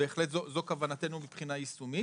בהחלט זו כוונתנו מבחינה יישומית.